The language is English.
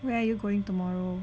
where you going tomorrow